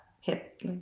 hip